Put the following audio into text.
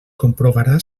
comprovarà